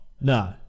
No